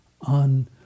on